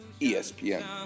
ESPN